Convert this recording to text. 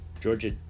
georgia